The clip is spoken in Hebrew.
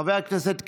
חבר הכנסת קיש.